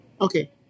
Okay